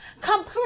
complete